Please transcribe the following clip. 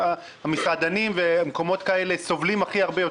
והמסעדנים ומקומות כאלה סובלים הכי הרבה,